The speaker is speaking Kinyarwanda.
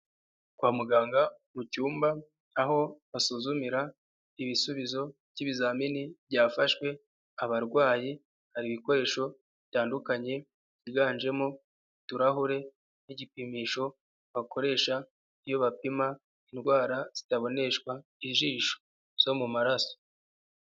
Kwa muganga mu cyumba, aho basuzumira ibisubizo by'ibizamini byafashwe abarwayi, hari ibikoresho bitandukanye byiganjemo utuhure n'igipimisho bakoresha iyo bapima indwara zitaboneshwa ijisho zo mu maraso.